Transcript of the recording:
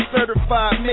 Certified